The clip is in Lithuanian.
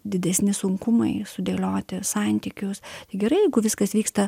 didesni sunkumai sudėlioti santykius gerai jeigu viskas vyksta